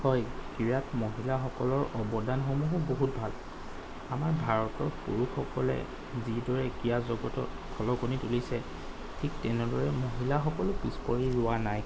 হয় ক্ৰীড়াত মহিলাসকলৰ অৱদানসমূহো বহুত ভাল আমাৰ ভাৰতত পুৰুষসকলে যিদৰে ক্ৰীড়া জগতত খলকনি তুলিছে ঠিক তেনেদৰে মহিলাসকলো পিছপৰি ৰোৱা নাই